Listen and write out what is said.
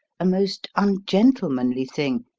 a most ungentlemanly thing,